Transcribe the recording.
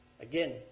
again